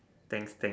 thanks thanks